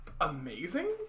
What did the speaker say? amazing